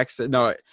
no